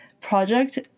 project